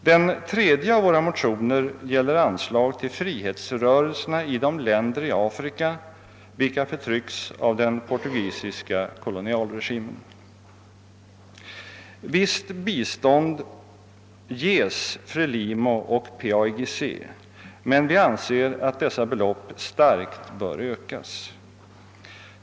Det tredje av våra motionspar gäller anslag till frihetsrörelserna i de länder i Afrika vilka förtrycks av den portugisiska kolonialregimen. Visst bistånd ges FRELIMO och PAIGC, men vi anser att dessa belopp starkt bör ökas.